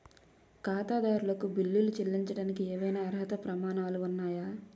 ఖాతాదారులకు బిల్లులు చెల్లించడానికి ఏవైనా అర్హత ప్రమాణాలు ఉన్నాయా?